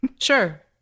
Sure